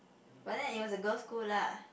but then it was a girl school lah